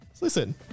Listen